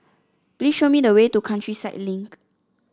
please show me the way to Countryside Link